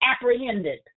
apprehended